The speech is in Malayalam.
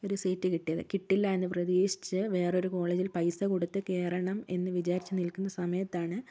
ഒരു സീറ്റ് കിട്ടിയത് കിട്ടില്ല എന്ന് പ്രതീക്ഷിച്ച് വേറൊരു കോളേജിൽ പൈസ കൊടുത്ത് കയറണം എന്ന് വിചാരിച്ച് നിൽക്കുന്ന സമയത്താണ്